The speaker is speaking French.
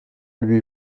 lui